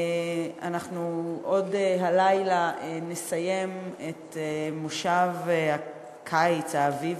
אנחנו עוד הלילה נסיים את מושב הקיץ-האביב